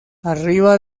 arriba